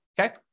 okay